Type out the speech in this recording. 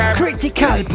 critical